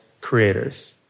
creators